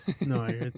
no